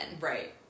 Right